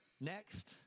Next